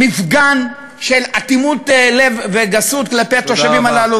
ממש מפגן של אטימות לב וגסות כלפי התושבים הללו,